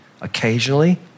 Occasionally